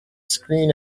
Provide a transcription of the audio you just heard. screen